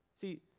See